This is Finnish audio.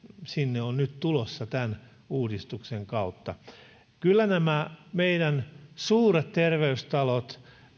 sinne on nyt tulossa tämän uudistuksen kautta eivät nämä meidän suuret terveystalot